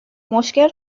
مشکل